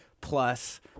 plus